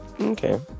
Okay